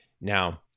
Now